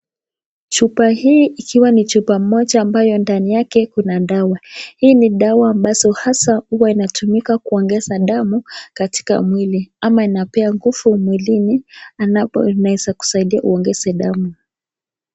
Chupa hii ikiwa ni chupa moja ambayo ndani yake kuna dawa. Hii ni dawa ambazo hasa huwa inatumika kuongeza damu katika mwili ama inapea nguvu mwilini anapomeza kusaidia uongeze damu.